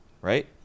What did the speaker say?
right